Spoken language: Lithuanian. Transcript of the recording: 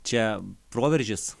čia proveržis